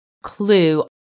clue